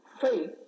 faith